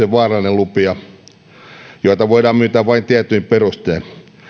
lupia eli erityisen vaarallinen lupia joita voidaan myöntää vain tietyin perustein